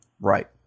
Right